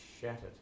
shattered